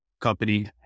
company